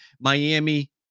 Miami